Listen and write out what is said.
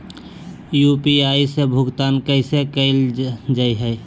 UPI से भुगतान कैसे कैल जहै?